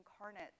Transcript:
incarnate